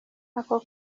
ako